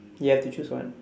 you have to choose one